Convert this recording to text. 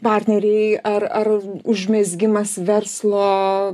partneriai ar ar užmezgimas verslo